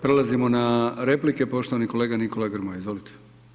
Prelazimo na replike, poštovani kolega Nikola Grmoja, izvolite.